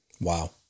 Wow